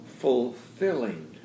fulfilling